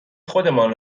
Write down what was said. خودمان